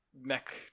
Mech